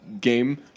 game